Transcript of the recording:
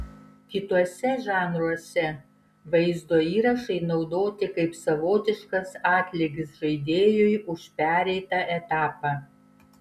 kituose žanruose vaizdo įrašai naudoti kaip savotiškas atlygis žaidėjui už pereitą etapą